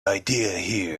idea